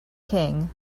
king